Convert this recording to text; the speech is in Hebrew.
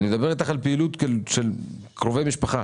אני מדבר על פעילות של קרובי משפחה,